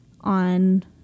on